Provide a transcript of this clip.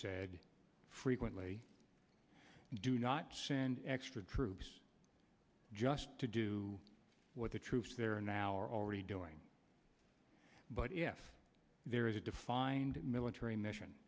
said frequently do not send extra troops just to do what the troops there now are already doing but if there is a defined military mission